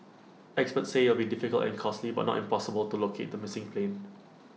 experts say IT will be difficult and costly but not impossible to locate the missing plane